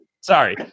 Sorry